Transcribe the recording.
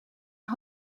een